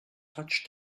touched